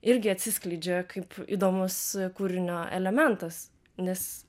irgi atsiskleidžia kaip įdomus kūrinio elementas nes